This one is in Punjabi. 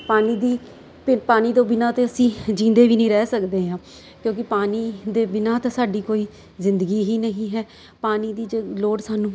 ਪਾਣੀ ਦੀ ਭਿਰ ਪਾਣੀ ਤੋਂ ਬਿਨਾਂ ਤਾਂ ਅਸੀਂ ਜਿਉਂਦੇ ਵੀ ਨਹੀਂ ਰਹਿ ਸਕਦੇ ਹਾਂ ਕਿਉਂਕਿ ਪਾਣੀ ਦੇ ਬਿਨਾਂ ਤਾਂ ਸਾਡੀ ਕੋਈ ਜ਼ਿੰਦਗੀ ਹੀ ਨਹੀਂ ਹੈ ਪਾਣੀ ਦੀ ਜ ਲੋੜ ਸਾਨੂੰ